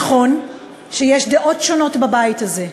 נכון שיש דעות שונות בבית הזה,